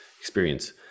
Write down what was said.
experience